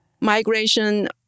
Migration